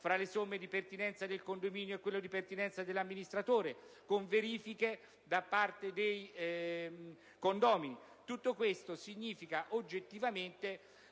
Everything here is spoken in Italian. fra le somme di pertinenza del condominio e quelle di pertinenza dell'amministratore, con verifiche da parte dei condomini. Tutto ciò significa oggettivamente